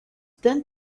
then